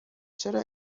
چرا